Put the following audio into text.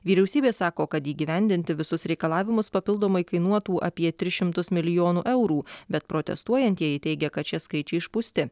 vyriausybė sako kad įgyvendinti visus reikalavimus papildomai kainuotų apie tris šimtus milijonų eurų bet protestuojantieji teigia kad šie skaičiai išpūsti